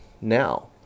now